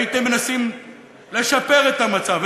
הייתם מנסים לשפר את המצב,